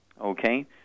Okay